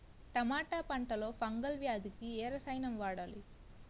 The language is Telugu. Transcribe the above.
టమాటా పంట లో ఫంగల్ వ్యాధికి ఏ రసాయనం వాడాలి?